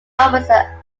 officer